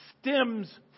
stems